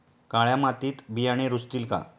काळ्या मातीत बियाणे रुजतील का?